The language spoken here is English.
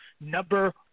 Number